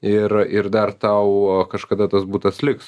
ir ir dar tau kažkada tas butas liks